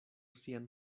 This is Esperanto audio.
sian